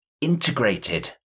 integrated